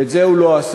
ואת זה הוא לא עשה.